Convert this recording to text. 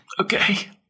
Okay